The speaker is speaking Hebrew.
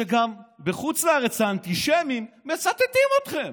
שגם בחוץ לארץ האנטישמים מצטטים אתכם.